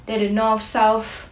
dia ada north south